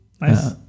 Nice